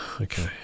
okay